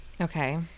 Okay